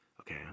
okay